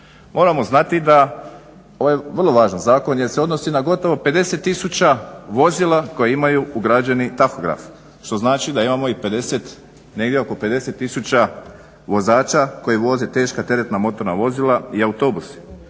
Moramo znati da ovo je vrlo važan Zakon jer se odnosi na gotovo 50 tisuća vozila koja imaju ugrađeni tahograf. Što znači da imamo i 50, negdje oko 50 tisuća vozača koji voze teška teretna motorna vozila i autobuse.